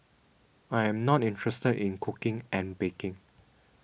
I am not interested in cooking and baking